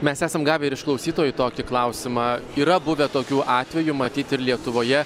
mes esam gavę ir iš klausytojų tokį klausimą yra buvę tokių atvejų matyt ir lietuvoje